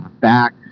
back